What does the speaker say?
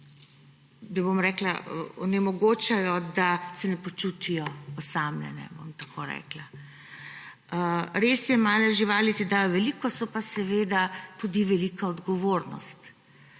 zaradi njih se ne počutijo osamljene, bom tako rekla. Res je, male živali ti dajo veliko, so pa seveda tudi velika odgovornost.